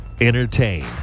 Entertain